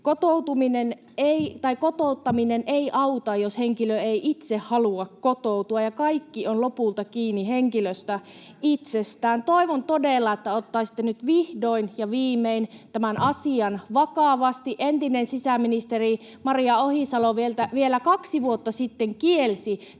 Kotouttaminen ei auta, jos henkilö ei itse halua kotoutua, ja kaikki on lopulta kiinni henkilöstä itsestään. Toivon todella, että ottaisitte nyt vihdoin ja viimein tämän asian vakavasti. Entinen sisäministeri Maria Ohisalo vielä kaksi vuotta sitten kielsi